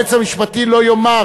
והיועץ המשפטי לא יאמר